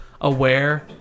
aware